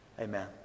Amen